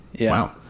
Wow